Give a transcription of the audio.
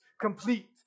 complete